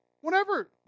Whenever